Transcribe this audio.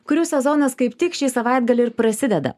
kurių sezonas kaip tik šį savaitgalį ir prasideda